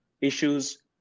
issues